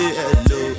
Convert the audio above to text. hello